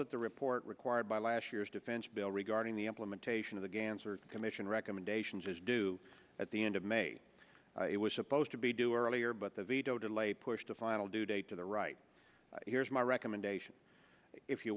that the report required by last year's defense bill regarding the implementation of the ganser commission recommendations is due at the end of may it was supposed to be do or earlier but the veto delay pushed a final due date to the right here's my recommendation if you